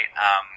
right